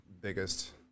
biggest